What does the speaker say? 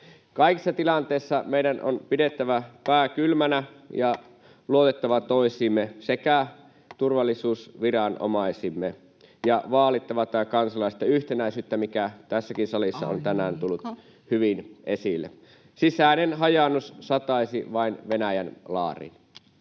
Kaikissa tilanteissa meidän on pidettävä pää kylmänä ja luotettava toisiimme sekä turvallisuusviranomaisiimme ja vaalittava tätä kansallista yhtenäisyyttä, [Puhemies: Aika!] mikä tässäkin salissa on tänään tullut hyvin esille. Sisäinen hajaannus sataisi vain Venäjän laariin.